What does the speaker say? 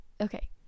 okay